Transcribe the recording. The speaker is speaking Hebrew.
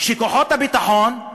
שכוחות הביטחון,